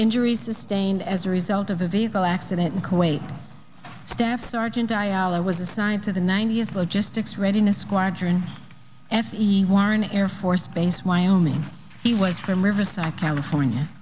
injuries sustained as a result of a vehicle accident in kuwait staff sergeant diallo was assigned to the ninetieth logistics readiness squadron f t e warren air force base wyoming he was from riverside california